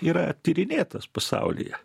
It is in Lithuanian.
yra tyrinėtas pasaulyje